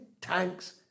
tanks